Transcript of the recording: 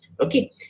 Okay